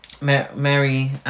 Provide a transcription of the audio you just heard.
Mary